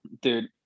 dude